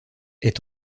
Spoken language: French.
est